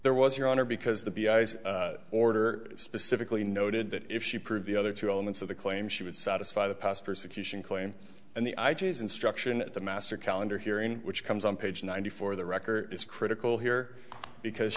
there was your honor because the order specifically noted that if she approved the other two elements of the claim she would satisfy the past persecution claim and the i g is instruction at the master calendar hearing which comes on page ninety four the record is critical here because